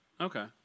Okay